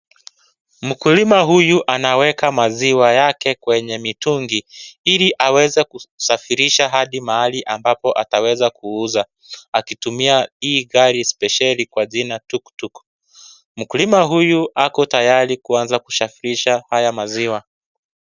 Mkulima huyu anaweka maziwa yake kwenye mitungi Ili aweze kusafirisha Hadi mahali ambapo ataweza kuuza akitumia hii gari spesheli kwa jina Tuktuk. Mkulima huyu ako tayari kuanza kusafirisha haya maziwa.